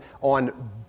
on